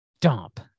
dump